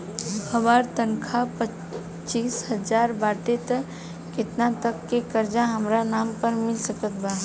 हमार तनख़ाह पच्चिस हज़ार बाटे त केतना तक के कर्जा हमरा नाम पर मिल सकत बा?